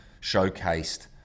showcased